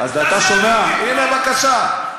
הנה, בבקשה.